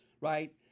right